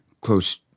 close